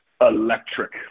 electric